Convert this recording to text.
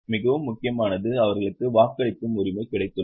மிக முக்கியமானது அவர்களுக்கு வாக்களிக்கும் உரிமை கிடைத்துள்ளது